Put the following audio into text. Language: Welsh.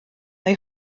mae